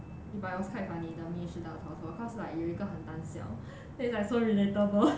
but it was quite funny the 密室大逃脱 cause like 有一个很胆小 that is like so relatable